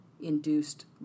induced